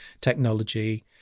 technology